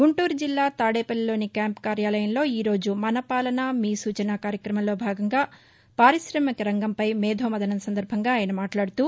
గుంటూరు జిల్లా తాదేపల్లిలోని క్యాంపు కార్యాలయంలో ఈ రోజు మన పాలన మీ సూచన కార్యక్రమంలో భాగంగా పారి్రామిక రంగంపై మేధోమథనం సందర్బంగా ఆయన మాట్లాడుతూ